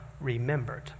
remembered